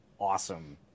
awesome